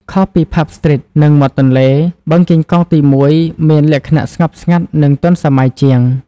ខុសពី Pub Street និងមាត់ទន្លេ បឹងកេងកងទី១ មានលក្ខណៈស្ងប់ស្ងាត់ និងទាន់សម័យជាង។